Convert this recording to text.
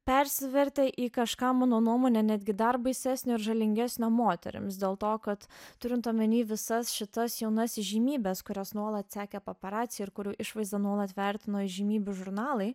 persivertė į kažką mano nuomone netgi dar baisesnio ir žalingesnio moterims dėl to kad turint omeny visas šitas jaunas įžymybes kurias nuolat sekė paparaciai ir kurių išvaizda nuolat vertino įžymybių žurnalai